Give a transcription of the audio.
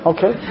Okay